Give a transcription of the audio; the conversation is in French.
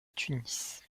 tunis